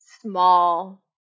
small